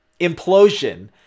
implosion